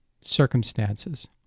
circumstances